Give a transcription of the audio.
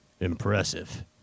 impressive